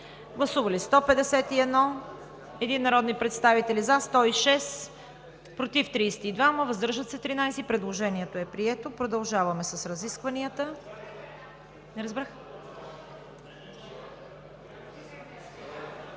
Гласували 151 народни представители: за 106, против 32, въздържали се 13. Предложението е прието. Продължаваме с разискванията. (Шум